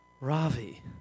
Ravi